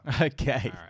Okay